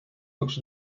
looks